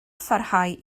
pharhau